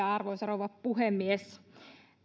arvoisa rouva puhemies